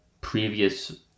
previous